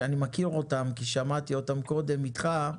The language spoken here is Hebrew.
שאני מכיר אותן, כי שמעתי אותן קודם ממך,